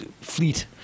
fleet